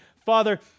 Father